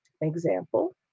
example